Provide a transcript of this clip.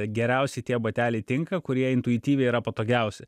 geriausiai tie bateliai tinka kurie intuityviai yra patogiausi